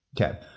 Okay